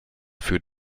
für